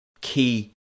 key